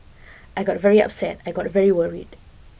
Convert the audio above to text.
I got very upset I got very worried